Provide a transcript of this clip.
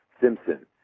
Simpson